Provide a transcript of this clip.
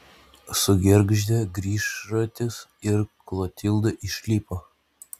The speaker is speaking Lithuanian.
sugergždė grįžratis ir klotilda išlipo